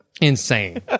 insane